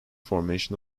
formation